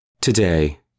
Today